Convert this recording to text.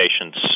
patients